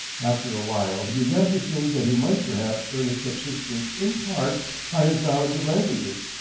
after a while, he began to think that he might perhaps earn his subsistence in part by his knowledge of languages,